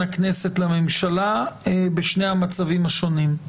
הכנסת לבין הממשלה בשני המצבים השונים.